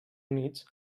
units